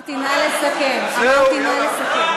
לא אמרת "תמה ההצבעה" אמרתי "נא לסכם".